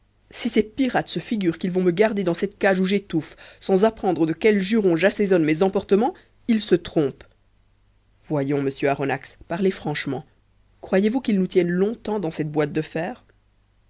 si ces pirates se figurent qu'ils vont me garder dans cette cage où j'étouffe sans apprendre de quels jurons j'assaisonne mes emportements ils se trompent voyons monsieur aronnax parlez franchement croyez-vous qu'ils nous tiennent longtemps dans cette boîte de fer